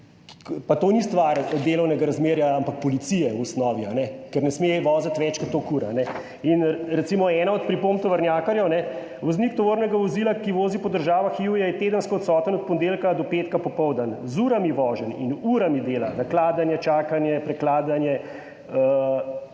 pa to ni stvar delovnega razmerja, ampak policije v osnovi, ker ne sme voziti več kot toliko ur. In recimo ena od pripomb tovornjakarjev: Voznik tovornega vozila, ki vozi po državah EU, je tedensko odsoten od ponedeljka do petka popoldan. Z urami voženj in urami dela, nakladanje, čakanje, prekladanje